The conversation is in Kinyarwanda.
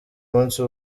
munsi